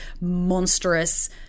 monstrous